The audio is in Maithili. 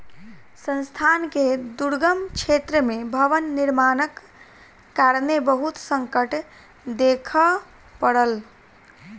संस्थान के दुर्गम क्षेत्र में भवन निर्माणक कारणेँ बहुत संकट देखअ पड़ल